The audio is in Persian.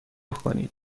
کنید